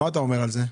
מה אתה אומר על זה?